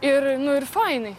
ir nu ir fainai